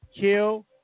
kill